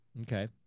Okay